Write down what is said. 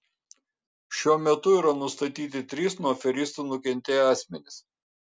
šiuo metu yra nustatyti trys nuo aferistų nukentėję asmenys